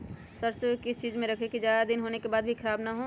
सरसो को किस चीज में रखे की ज्यादा दिन होने के बाद भी ख़राब ना हो?